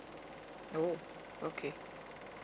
oh okay